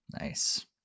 Nice